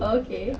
okay